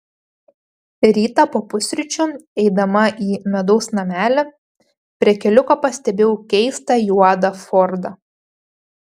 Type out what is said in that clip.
rytą po pusryčių eidama į medaus namelį prie keliuko pastebėjau keistą juodą fordą